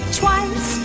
twice